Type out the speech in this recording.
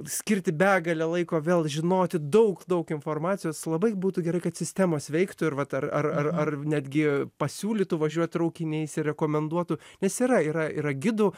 skirti begalę laiko vėl žinoti daug daug informacijos labai būtų gerai kad sistemos veiktų ir vatar ar ar ar netgi pasiūlytų važiuot traukiniais ir rekomenduotų nes yra yra yra gidų